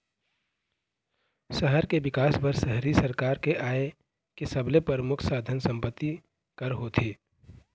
सहर के बिकास बर शहरी सरकार के आय के सबले परमुख साधन संपत्ति कर होथे